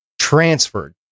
transferred